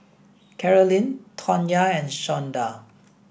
Karolyn Tawnya and Shawnda